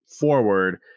forward